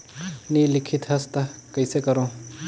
नी लिखत हस ता कइसे करू?